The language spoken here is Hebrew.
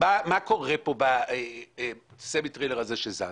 מה קורה פה בסמי טריילר הזה שזז?